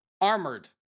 Armored